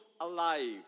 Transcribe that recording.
alive